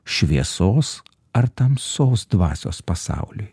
šviesos ar tamsos dvasios pasauliui